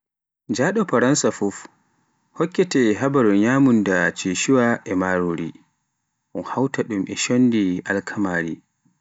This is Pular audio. Njaɗo Faransa fuf hokkete habaaru nyamunda Sichua e marori, un hawta ɗum e shondi alkamari